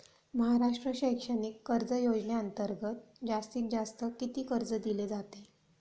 महाराष्ट्र शैक्षणिक कर्ज योजनेअंतर्गत जास्तीत जास्त किती कर्ज दिले जाते?